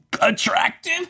Attractive